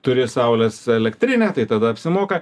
turi saulės elektrinę tai tada apsimoka